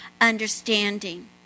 understanding